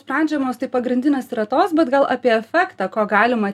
sprendžiamos tai pagrindinės yra tos bet gal apie efektą ko galima